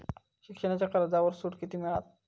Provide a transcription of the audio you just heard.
शिक्षणाच्या कर्जावर सूट किती मिळात?